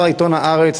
וכבר עיתון "הארץ",